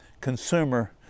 consumer